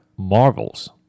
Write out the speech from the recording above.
Marvels